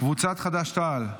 קבוצת חד"ש-תע"ל?